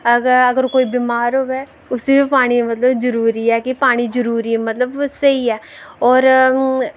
अगर कोई बिमार होऐ उसी बी पानी बड़ा जरुरी ऐ कि के पानी जरुरी ऐ मतलब स्हेई ऐ और